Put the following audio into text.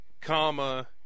comma